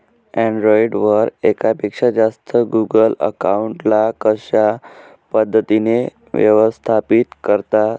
Android वर एकापेक्षा जास्त गुगल अकाउंट ला कशा पद्धतीने व्यवस्थापित करता?